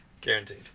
guaranteed